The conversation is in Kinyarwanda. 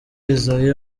isaie